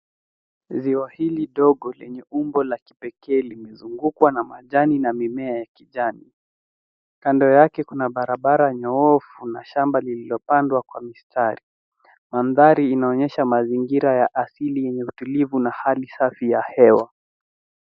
Ziwa hili dogo lenye umbo la kipekee limezungukwa na majani na mimea ya kijani. Kando yake kuna barabara nyoofu na shamba lililo pandwa kwa mistari. Mandhari inaonyesha mazingira ya asili yenye utulivu na hali safi ya hewa.